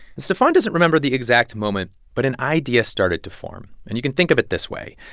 and stephon doesn't remember the exact moment, but an idea started to form. and you can think of it this way.